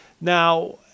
Now